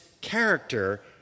character